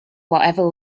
whatever